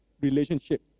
relationship